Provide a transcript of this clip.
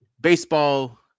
Baseball –